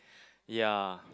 ya